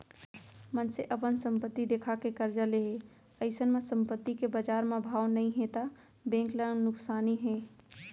मनसे अपन संपत्ति देखा के करजा ले हे अइसन म संपत्ति के बजार म भाव नइ हे त बेंक ल नुकसानी हे